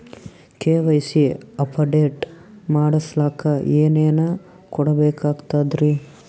KYC update ಮಾಡಸ್ಲಕ ಏನೇನ ಕೊಡಬೇಕಾಗ್ತದ್ರಿ?